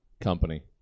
company